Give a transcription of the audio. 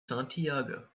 santiago